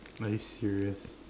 are you serious